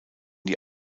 die